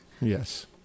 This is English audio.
Yes